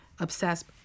Obsessed